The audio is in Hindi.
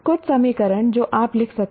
कुछ समीकरण जो आप लिख सकते हैं